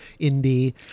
indie